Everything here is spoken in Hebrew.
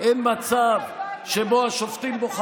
בארצות הברית הנשיא ממנה והסנאט מאשר.